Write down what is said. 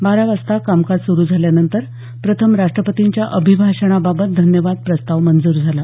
बारा वाजता कामकाज सुरू झाल्यानंतर प्रथम राष्ट्रपतींच्या अभिभाषणाबाबत धन्यवाद प्रस्ताव मंजूर झाला